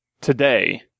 today